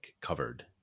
covered